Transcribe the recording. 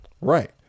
right